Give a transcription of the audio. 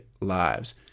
lives